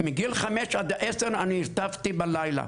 מגיל חמש עד עשר, אני הרטבתי בלילה